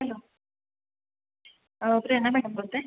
hello Prerna madam बोलत आहे